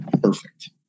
perfect